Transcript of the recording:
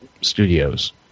Studios